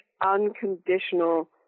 unconditional